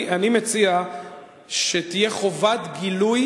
אני מציע שתהיה חובת גילוי